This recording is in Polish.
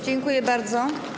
Dziękuję bardzo.